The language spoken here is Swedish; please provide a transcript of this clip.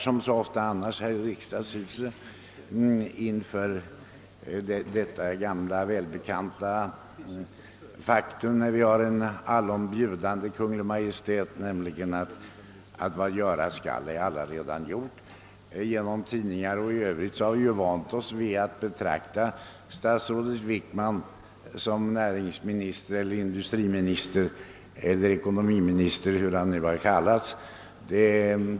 Som så ofta här i riksdagen står vi nu inför ett gammalt välbekant faktum när vi har en allom bjudande Kungl. Maj:t: »Vad göras skall är allaredan gjort ———» Genom tidningar och på andra sätt har vi blivit vana vid att betrakta statsrådet Wickman som näringsminister, industriminister eller ekonomiminister; benämningen har varit olika.